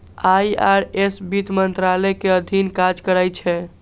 IRS वित्त मंत्रालय के अधीन काज करै छै